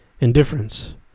Indifference